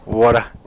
water